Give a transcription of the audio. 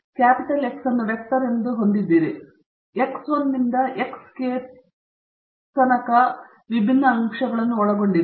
ಆದ್ದರಿಂದ ನೀವು X ಅನ್ನು ವೆಕ್ಟರ್ ಎಂದು ಹೊಂದಿದ್ದೀರಿ X 1 ನಿಂದ X k ಯಿಂದ ಪ್ರಾರಂಭವಾಗುವ ವಿಭಿನ್ನ ಅಂಶಗಳನ್ನು ಒಳಗೊಂಡಿದೆ